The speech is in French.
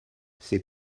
ses